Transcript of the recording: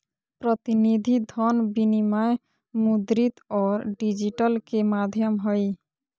प्रतिनिधि धन विनिमय मुद्रित और डिजिटल के माध्यम हइ